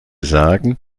sagen